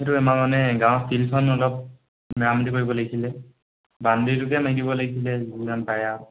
সেইটো আমাৰ মানে গাঁৱৰ ফিল্ডখন অলপ মেৰামতি কৰিব লাগিছিলে বাউণ্ডেৰীটোকে মাৰি দিব লাগিছিলে যিমান পাৰে আৰু